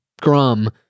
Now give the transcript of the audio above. scrum